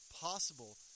possible